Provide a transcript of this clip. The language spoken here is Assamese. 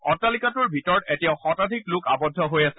অট্টালিকাটোৰ ভিতৰত এতিয়াও শতাধিক লোক আৱদ্ধ হৈ আছে